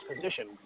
position